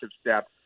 step